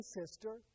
sister